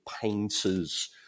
painters